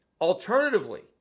Alternatively